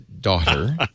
daughter